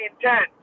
intent